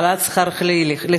העלאת שכר לחיילים,